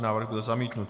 Návrh byl zamítnut.